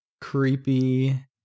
creepy